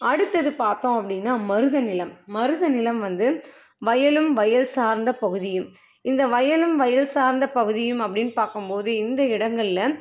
அடுத்தது பார்த்தோம் அப்படின்னா மருதம் நிலம் மருதம் நிலம் வந்து வயலும் வயல் சார்ந்த பகுதியும் இந்த வயலும் வயல் சார்ந்த பகுதியும் அப்படின்னு பார்க்கும் போது இந்த இடங்களில்